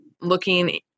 looking